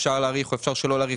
אפשר להאריך או אפשר שלא להאריך,